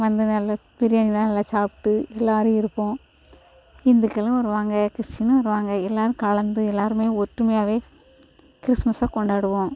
வந்து நல்லா பிரியாணிலாம் நல்லா சாப்பிட்டு எல்லோரும் இருப்போம் இந்துக்களும் வருவாங்க கிறிஸ்டியனும் வருவாங்க எல்லோரும் கலந்து எல்லோருமே ஒற்றுமையாகவே கிறிஸ்மஸை கொண்டாடுவோம்